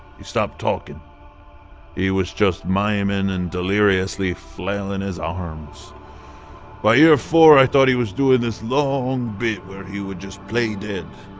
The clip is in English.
he stopped talking he was just miming um and and deliriously flailing his arms by year four, i thought he was doing this long bit where he would just play dead.